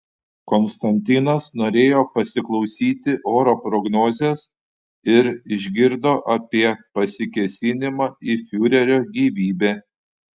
konstantinas norėjo pasiklausyti oro prognozės ir išgirdo apie pasikėsinimą į fiurerio gyvybę